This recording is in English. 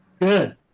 good